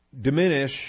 diminish